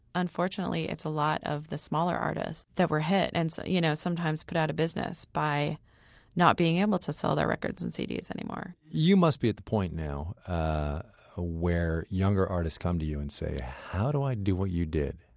unfortunately it's a lot of the smaller artists that were hit, and so you know, sometimes put out of business by not being able to sell their records and cds anymore you must be at the point now where younger artists come to you and say, how do i do what you did?